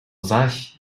zaś